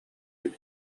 эбит